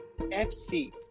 FC